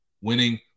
winning